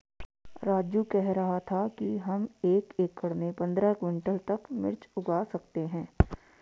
राजू कह रहा था कि हम एक एकड़ में पंद्रह क्विंटल तक मिर्च उगा सकते हैं